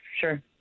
sure